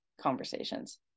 conversations